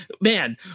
man